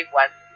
one